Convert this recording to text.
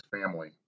family